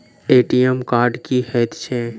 ATM card की हएत छै?